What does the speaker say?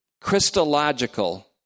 Christological